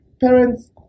parents